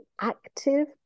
active